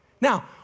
Now